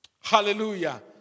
Hallelujah